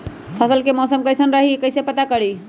कल के मौसम कैसन रही कई से पता करी?